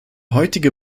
heutige